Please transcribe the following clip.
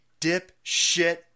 dipshit